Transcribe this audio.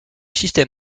système